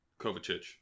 Kovacic